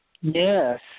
Yes